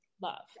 Love